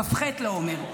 כ"ח לעומר.